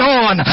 on